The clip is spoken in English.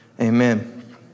amen